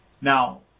Now